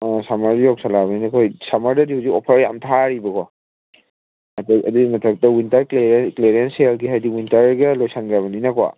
ꯁꯝꯃꯔꯁꯨ ꯌꯧꯁꯤꯜꯂꯛꯑꯕꯅꯤꯅ ꯑꯩꯈꯣꯏ ꯁꯝꯃꯔꯗꯗꯤ ꯍꯧꯖꯤꯛ ꯑꯣꯐꯔ ꯌꯥꯝ ꯊꯥꯔꯤꯕꯀꯣ ꯑꯩꯈꯣꯏ ꯑꯗꯨꯒꯤ ꯃꯊꯛꯇ ꯋꯤꯟꯇꯔ ꯀ꯭ꯂꯤꯌꯔꯦꯟꯁ ꯁꯦꯜꯒꯤ ꯍꯥꯏꯗꯤ ꯋꯤꯟꯇꯔꯒ ꯂꯣꯏꯁꯤꯟꯒ꯭ꯔꯕꯅꯤꯅꯀꯣ